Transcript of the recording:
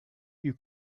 you